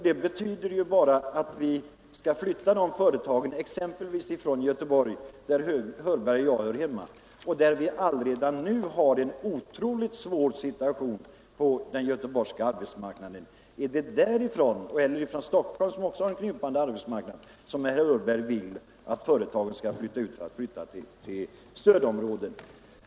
Det betyder bara att vi får flytta företag exempelvis från Göteborg, där herr Hörberg och jag hör hemma och där man redan nu har en svår situation på arbetsmarknaden. Är det därifrån eller från Stockholm, som också har en krympande arbetsmarknad, som herr Hörberg vill att företagen skall flytta till stödområdet?